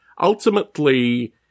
ultimately